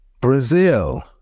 Brazil